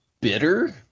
bitter